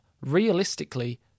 realistically